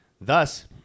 Thus